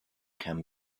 can